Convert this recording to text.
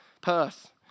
Perth